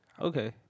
Okay